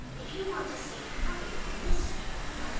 if you want to see hurry and mystery,